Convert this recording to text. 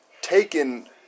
taken